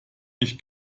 nicht